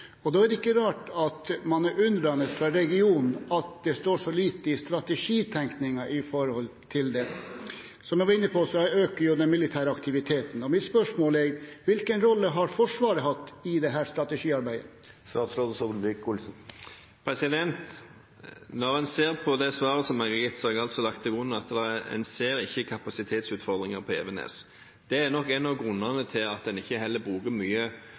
og da er det ikke rart at man fra regionen er undrende til at det står så lite om det i strategitenkningen. Som jeg var inne på, øker jo den militære aktiviteten, og mitt spørsmål er: Hvilken rolle har Forsvaret hatt i dette strategiarbeidet? Når en ser på det svaret som jeg har gitt, så har jeg altså lagt til grunn at en ikke ser kapasitetsutfordringer på Evenes. Det er nok en av grunnene til at en heller ikke bruker mye